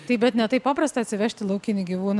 taip bet ne taip paprasta atsivežti laukinį gyvūną